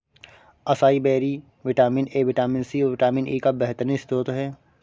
acai berry vitamin A, vitamin C, और vitamin E का बेहतरीन स्त्रोत है